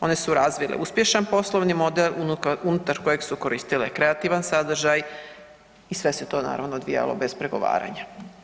One su razvile uspješan poslovni model unutar kojeg su koristile kreativan sadržaj i sve se to naravno odvijalo bez pregovaranja.